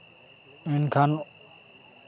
ᱢᱮᱱᱠᱷᱟᱱ